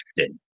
acting